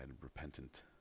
repentant